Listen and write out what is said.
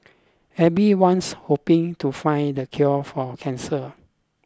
everyone's hoping to find the cure for cancer